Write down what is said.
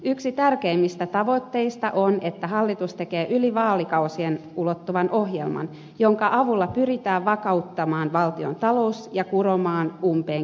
yksi tärkeimmistä tavoitteista on että hallitus tekee yli vaalikausien ulottuvan ohjelman jonka avulla pyritään vakauttamaan valtiontalous ja kuromaan umpeen kestävyysvaje